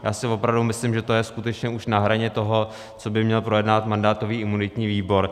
Já si opravdu myslím, že to je skutečně už na hraně toho, co by měl projednávat mandátový a imunitní výbor.